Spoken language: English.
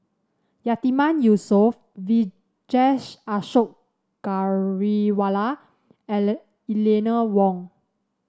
Yatiman Yusof Vijesh Ashok Ghariwala Eleanor Wong